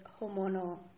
hormonal